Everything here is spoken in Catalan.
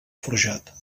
forjat